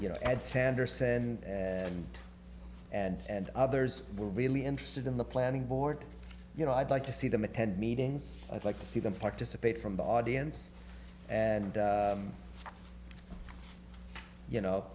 sanderson and and and others were really interested in the planning board you know i'd like to see them attend meetings i'd like to see them participate from the audience and you know